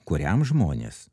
kuriam žmonės